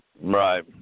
Right